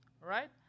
right